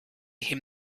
him